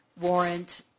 warrant